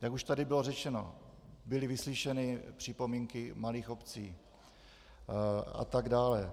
Jak už tady bylo řečeno, byly vyslyšeny připomínky malých obcí a tak dále.